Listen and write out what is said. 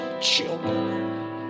children